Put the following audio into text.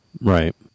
Right